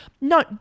No